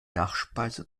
nachspeise